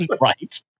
Right